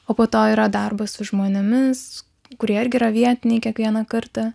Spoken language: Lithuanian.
o po to yra darbas su žmonėmis kurie irgi yra vietiniai kiekvieną kartą